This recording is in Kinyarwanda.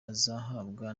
azahabwa